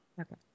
Okay